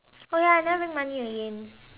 oh ya I never bring money again